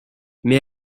mais